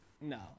No